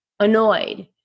Annoyed